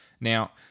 Now